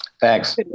Thanks